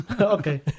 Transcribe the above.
okay